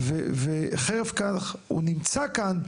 וחרף כך הוא נמצא כאן,